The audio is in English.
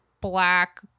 black